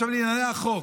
עכשיו לעניין החוק.